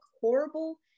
horrible